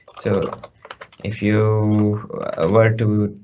so if you were to